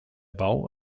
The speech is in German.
bau